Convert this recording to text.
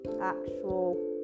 actual